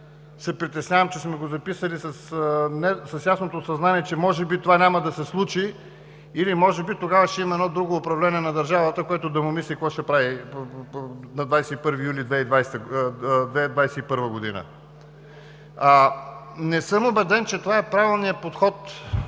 се притеснявам, че сме го записали с ясното съзнание, че може би това няма да се случи или може би тогава ще имаме едно друго управление на държавата, което да му мисли какво ще прави на 1 юли 2021 г. Не съм убеден, че това е правилният подход,